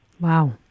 Wow